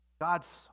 God's